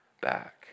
back